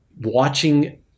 watching